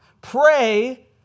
Pray